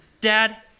Dad